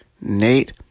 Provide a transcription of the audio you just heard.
Nate